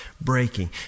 breaking